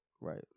Right